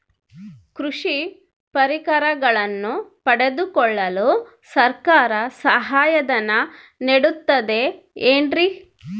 ಕೃಷಿ ಪರಿಕರಗಳನ್ನು ಪಡೆದುಕೊಳ್ಳಲು ಸರ್ಕಾರ ಸಹಾಯಧನ ನೇಡುತ್ತದೆ ಏನ್ರಿ?